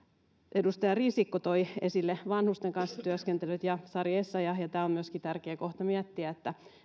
edustaja risikko ja sari essayah toivat esille vanhusten kanssa työskentely ja myöskin tämä on tärkeä kohta miettiä